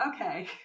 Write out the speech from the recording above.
okay